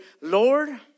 lord